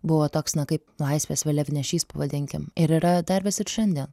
buvo toks na kaip laisvės vėliavnešys pavadinkim ir yra dar vis ir šiandien